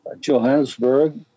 Johannesburg